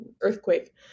earthquake